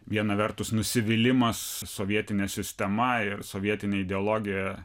viena vertus nusivylimas sovietine sistema ir sovietine ideologija